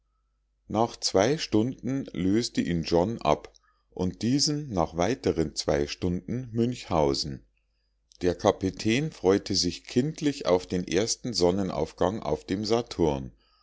nach zwei stunden löste ihn john ab und diesen nach weiteren zwei stunden münchhausen der kapitän freute sich kindlich auf den ersten sonnenaufgang auf dem saturn